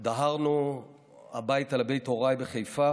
ודהרנו הביתה לבית הוריי בחיפה